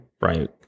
right